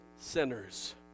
sinners